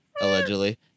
allegedly